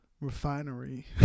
refinery